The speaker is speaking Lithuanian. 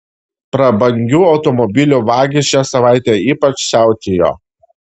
prabangių automobilių vagys šią savaitę ypač siautėjo